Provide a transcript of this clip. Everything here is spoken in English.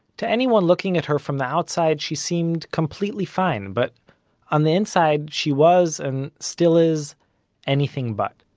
to anyone looking at her from the outside, she seemed completely fine, but on the inside, she was and still is anything but.